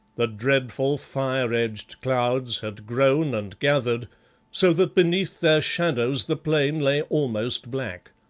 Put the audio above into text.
the dreadful, fire-edged clouds had grown and gathered so that beneath their shadows the plain lay almost black.